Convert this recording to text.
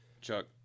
Chuck